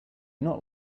not